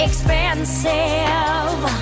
Expensive